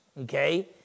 okay